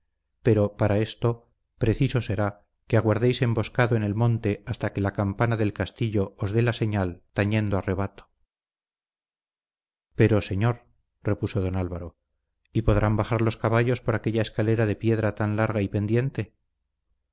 pero para esto preciso será que aguardéis emboscado en el monte hasta que la campana del castillo os dé la señal tañendo a rebato pero señor repuso don álvaro y podrán bajar los caballos por aquella escalera de piedra tan larga y pendiente